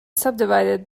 subdivided